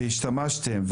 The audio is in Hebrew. והשתמשתם,